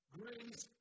grace